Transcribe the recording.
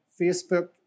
Facebook